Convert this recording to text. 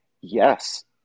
Yes